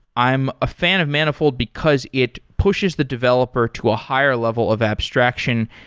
i'm a fan of manifold because it pushes the developer to a higher level of abstraction,